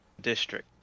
district